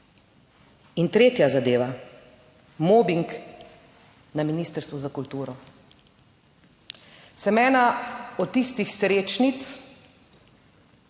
In tretja zadeva, mobing na Ministrstvu za kulturo. Sem ena od tistih srečnic,